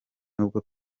nubwo